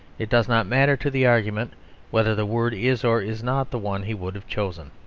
it does not matter to the argument whether the word is or is not the one he would have chosen.